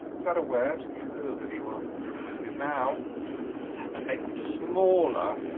is that a word, curvedy ones, it is now and make them smaller